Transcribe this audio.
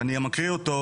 ואני מקריא אותו,